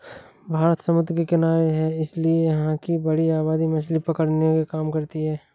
भारत समुद्र के किनारे है इसीलिए यहां की बड़ी आबादी मछली पकड़ने के काम करती है